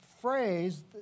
phrase